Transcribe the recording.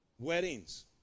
Weddings